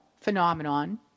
phenomenon